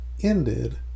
ended